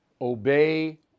obey